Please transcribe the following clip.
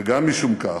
וגם משום כך,